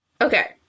Okay